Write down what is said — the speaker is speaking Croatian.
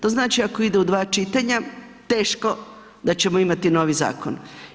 To znači ako ide u dva čitanja teško da ćemo imati novi zakon.